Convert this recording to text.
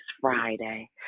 Friday